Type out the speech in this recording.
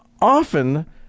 often